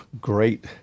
great